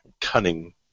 Cunning